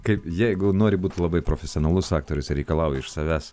kaip jeigu nori būt labai profesionalus aktorius reikalauja iš savęs